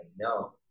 No